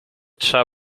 trza